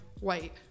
white